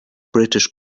british